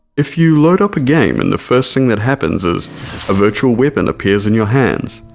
if you load up a game and the first thing that happens is a virtual weapon appears in your hands,